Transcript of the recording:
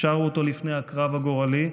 שרו אותו לפני הקרב הגורלי,